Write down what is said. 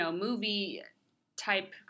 movie-type